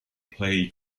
play